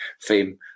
fame